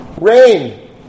rain